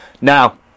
Now